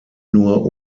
nur